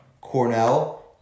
Cornell